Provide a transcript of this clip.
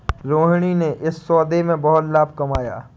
रोहिणी ने इस सौदे में बहुत लाभ कमाया